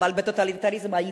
אבל בטוטליטריזם הייתי.